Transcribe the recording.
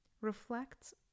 reflects